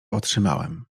otrzymałem